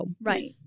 Right